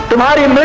amatya.